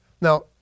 Now